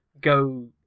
go